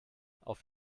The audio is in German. auf